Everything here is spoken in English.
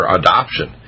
adoption